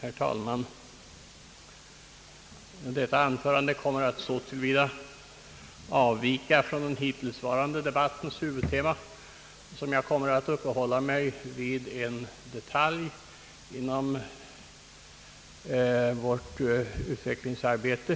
Herr talman! Detta anförande kommer att så till vida avvika från den hittillsvarande debattens huvudtema som jag kommer att uppehålla mig vid en detalj inom vårt utvecklingsarbete.